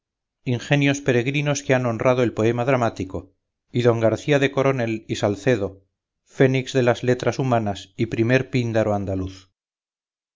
ingenios peregrinos que han honrado el poema dramático y don garcía de coronel y salcedo fénix de las letras humanas y primer píndaro andaluz